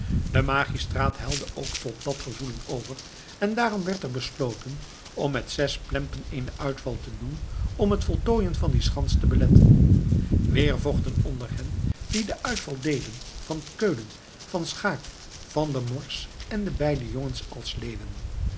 de magistraat helde ook tot dat gevoelen over en daarom werd er besloten om met zes plempen eenen uitval te doen om het voltooien van die schans te beletten weer vochten onder hen die den uitval deden van keulen van schaeck van der morsch en de beide jongens als leeuwen